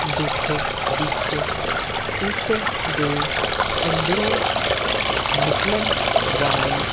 ਦੁੱਖ ਵਿੱਚ ਉਸ ਦੇ ਅੰਦਰੋਂ ਨਿਕਲਣ ਵਾਲੀ